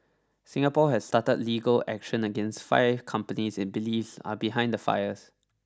Singapore has started legal action against five companies it believes are behind the fires